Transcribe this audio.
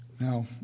Now